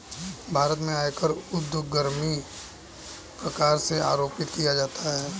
भारत में आयकर ऊर्ध्वगामी प्रकार से आरोपित किया जाता है